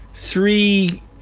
three